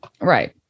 right